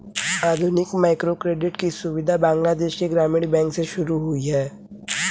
आधुनिक माइक्रोक्रेडिट की सुविधा बांग्लादेश के ग्रामीण बैंक से शुरू हुई है